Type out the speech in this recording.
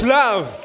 love